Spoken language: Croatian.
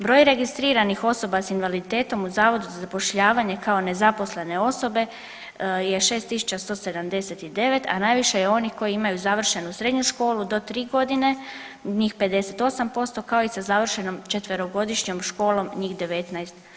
Broj neregistriranih osoba sa invaliditetom u Zavodu za zapošljavanje kao nezaposlene osobe je 6179, a najviše je onih koji imaju završenu srednju školu do tri godine, njih 58% kao i sa završenom četverogodišnjom školom njih 19%